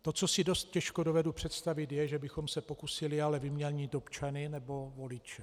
To, co si dost těžko dovedu představit, je, že bychom se pokusili ale vyměnit občany nebo voliče.